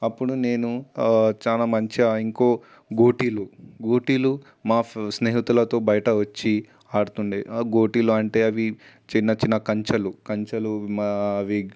అప్పుడు నేను చాలా మంచిగా ఇంకో గోటిలు గోటిలు మా స్నేహితులతో బయట వచ్చి ఆడుతు ఉండే గోటిలు అంటే అవి చిన్న చిన్న కంచలు కంచలు మా అవి